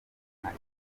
ibahe